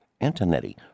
Antonetti